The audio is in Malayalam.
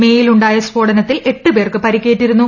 മേയിലുണ്ടായ സ്ഫോടനത്തിൽ എട്ട് പേർക്ക് പരിക്കേറ്റിരുന്നു